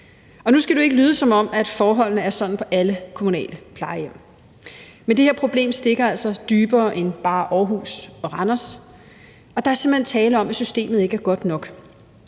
Nu skal det ikke lyde, som om forholdene er sådan på alle kommunale plejehjem, men det her problem stikker altså dybere end bare de to plejehjem i Aarhus og Randers. Der er simpelt hen tale om, at systemet ikke er godt nok.